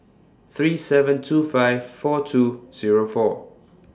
three seven two five four two Zero four